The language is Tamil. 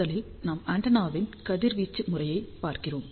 முதலில் நாம் ஆண்டெனாவின் கதிர்வீச்சு முறையைப் பார்க்கிறோம்